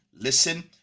listen